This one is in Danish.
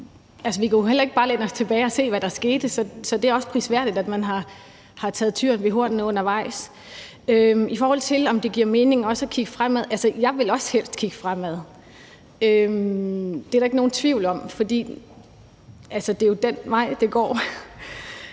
Vi kan jo heller ikke bare læne os tilbage og se på, hvad der skete, så det er også prisværdigt, at man har taget tyren ved hornene undervejs. I forhold til om det giver mening også at kigge fremad, vil jeg sige, at jeg også helst vil kigge fremad. Det er der ikke nogen tvivl om, for det er jo den vej, det går.